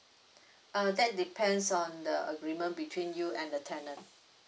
uh that depends on the agreement between you and the tenant